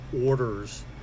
orders